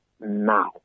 now